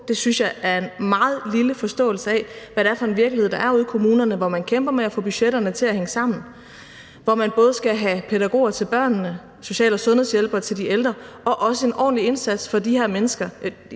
på, synes jeg udtrykker en meget lille forståelse af, hvad det er for en virkelighed, der er ude i kommunerne, hvor man kæmper med at få budgetterne til at hænge sammen; hvor man både skal have pædagoger til børnene, social- og sundhedshjælpere til de ældre og også en ordentlig indsats for de her mennesker.